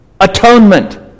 atonement